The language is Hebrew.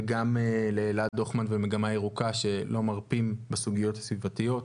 וגם לאלעד הוכמן ומגמה ירוקה שלא מרפים בסוגיות הסביבתיות.